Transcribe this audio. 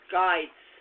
guides